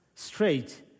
Straight